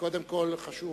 קודם כול חשוב